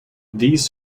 these